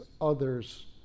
others